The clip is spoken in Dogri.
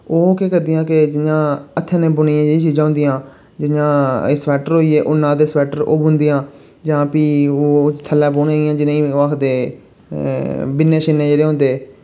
ओह् केह् करदियां कि जि'यां हत्थें नै बुनियै जेह्ड़ी चीजां होंदियां जि'यां स्वैटर होई गे उन्ना दे स्वैटर ओह् बुनदियां जां फ्ही ओ थल्लै बोह्ने जि'नें ई ओह् आखदे बिन्ने शिन्ने जेह्ड़े होंदे